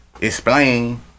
explain